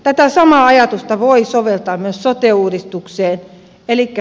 tätä samaa ajatusta voi soveltaa myös sote uudistukseen